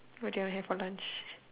what did you have for lunch